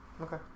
Okay